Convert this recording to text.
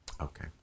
Okay